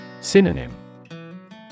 Synonym